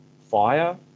fire